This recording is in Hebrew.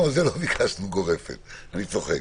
אני צוחק.